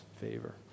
favor